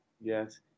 yes